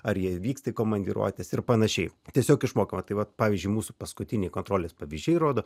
ar jie vyksta į komandiruotes ir panašiai tiesiog išmokau tai vat pavyzdžiui mūsų paskutinį kontrolės pavyzdžiai rodo